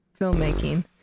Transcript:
filmmaking